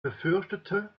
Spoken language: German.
befürchtete